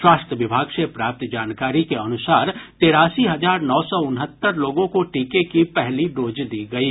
स्वास्थ्य विभाग से प्राप्त जानकारी के अनुसार तेरासी हजार नौ सौ उनहत्तर लोगों को टीके की पहली डोज दी गयी